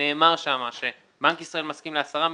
נאמר שבנק ישראל מסכים ל-10 מיליארד,